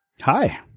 Hi